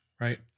right